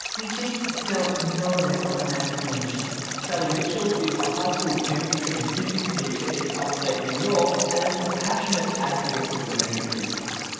we just don't know that we're a metric nation sally mitchell is a high school chemistry and physics teacher in upstate new york and a passionate advocate for the metric system.